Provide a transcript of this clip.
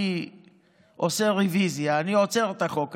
אני עושה רוויזיה, אני עוצר את החוק הזה.